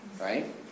right